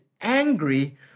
angry